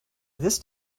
this